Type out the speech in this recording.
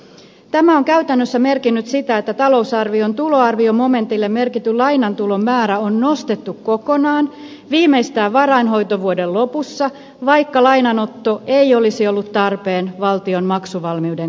tämä on käytännössä merkinnyt sitä että talousarvion tuloarviomomentille merkitty lainantulon määrä on nostettu kokonaan viimeistään varainhoitovuoden lopussa vaikka lainanotto ei olisi ollut tarpeen valtion maksuvalmiuden kannalta